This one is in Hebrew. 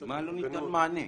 למה לא ניתן מענה?